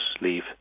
leave